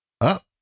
up